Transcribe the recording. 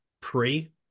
pre